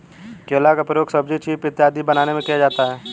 केला का प्रयोग सब्जी चीफ इत्यादि बनाने में किया जाता है